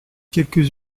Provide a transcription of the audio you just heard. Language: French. quelques